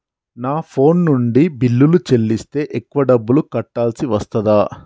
నా ఫోన్ నుండి బిల్లులు చెల్లిస్తే ఎక్కువ డబ్బులు కట్టాల్సి వస్తదా?